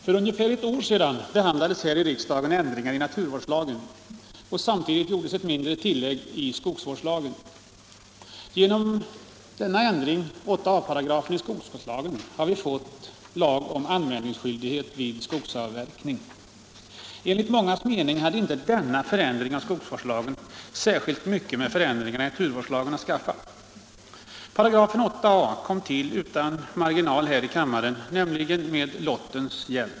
Fru talman! För ungefär ett år sedan behandlades här i riksdagen ändringar i naturvårdslagen och samtidigt gjordes ett mindre tillägg i skogsvårdslagen. Genom denna ändring, införandet av 8a§ i skogsvårdslagen, har vi fått en lag om anmälningsskyldighet vid skogsavverkning. Enligt mångas mening hade inte denna förändring av skogsvårdslagen särskilt mycket med förändringen i naturvårdslagen att skaffa. Paragrafen 8 a kom till utan marginal här i kammaren, nämligen med lottens hjälp.